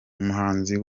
umuhanuzi